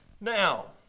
Now